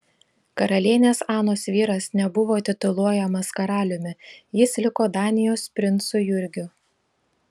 karalienės anos vyras nebuvo tituluojamas karaliumi jis liko danijos princu jurgiu